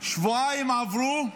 שבועיים עברו,